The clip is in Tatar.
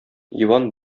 иван